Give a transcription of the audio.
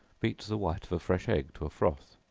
beat the white of a fresh egg to a froth